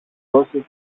δώσε